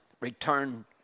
Return